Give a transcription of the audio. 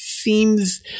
Seems